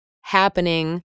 happening